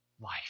life